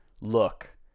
look